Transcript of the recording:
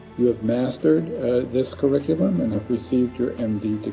you have mastered this curriculum and have received your m d.